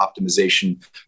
optimization